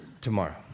tomorrow